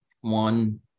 one